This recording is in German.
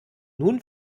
nun